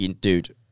dude